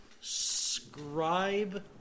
Scribe